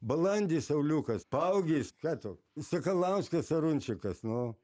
balandį sauliukas paaugis ką tu sakalauskas arunčikas nu